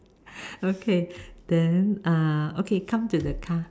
okay then uh okay come to the car